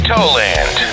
Toland